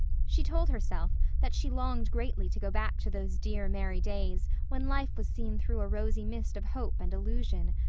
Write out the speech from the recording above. she told herself that she longed greatly to go back to those dear merry days when life was seen through a rosy mist of hope and illusion,